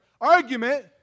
argument